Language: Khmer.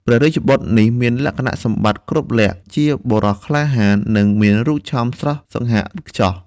ព្រះរាជបុត្រនេះមានលក្ខណៈសម្បត្តិគ្រប់លក្ខណ៍ ជាបុរសក្លាហាន និងមានរូបឆោមស្រស់សង្ហាឥតខ្ចោះ។